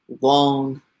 long